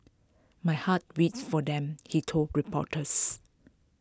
my heart weeps for them he told reporters